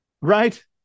Right